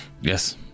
yes